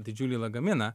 didžiulį lagaminą